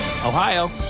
Ohio